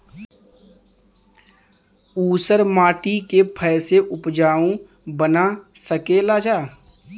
ऊसर माटी के फैसे उपजाऊ बना सकेला जा?